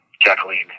Jacqueline